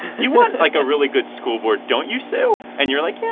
you want, like, a really good school board, don't you, sue? and you're like, yeah